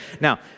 Now